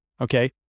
Okay